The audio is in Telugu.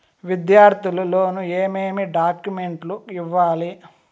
విద్యార్థులు లోను ఏమేమి డాక్యుమెంట్లు ఇవ్వాలి?